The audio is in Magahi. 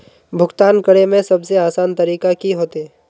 भुगतान करे में सबसे आसान तरीका की होते?